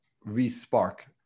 re-spark